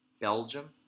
Belgium